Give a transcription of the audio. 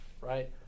right